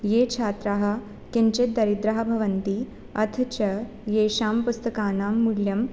ये छात्राः किञ्चित् दरिद्राः भवन्ति अथ च येषां पुस्तकानां मूल्यं